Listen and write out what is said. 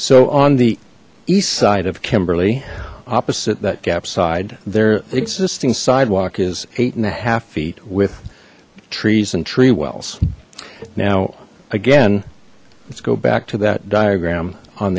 so on the east side of kimberly opposite that gap side their existing sidewalk is eight and a half feet with trees and tree wells now again let's go back to that diagram on